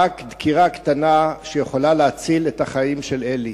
רק דקירה קטנה, שיכולה להציל את החיים של אלי.